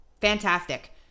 Fantastic